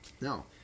No